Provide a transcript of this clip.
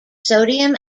sodium